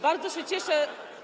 Bardzo się cieszę.